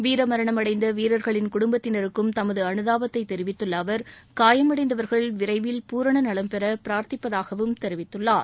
வீரமரணம் அடைந்த வீரர்களின் குடும்பத்தினருக்கும் தமது அனுதாபத்தை தெரிவித்துள்ள அவர் காயமடைந்தவர்கள் விரைவில் பூரண நவம்பெற பிரார்த்திப்பதாகவும் தெரிவித்துள்ளார்